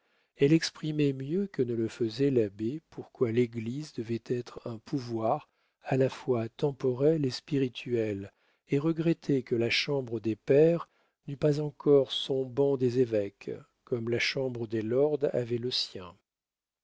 elle exprimait mieux que ne le faisait l'abbé pourquoi l'église devait être un pouvoir à la fois temporel et spirituel et regrettait que la chambre des pairs n'eût pas encore son banc des évêques comme la chambre des lords avait le sien